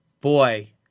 Boy